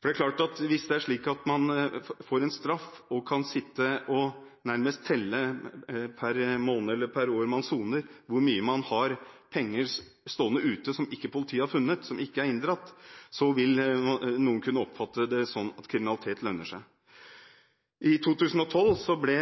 Hvis det er slik at man får en straff og nærmest kan sitte og telle per måned eller år man soner, hvor mye penger man har stående ute som ikke politiet har funnet og inndratt, vil noen kunne oppfatte det sånn at kriminalitet lønner seg. I 2012 ble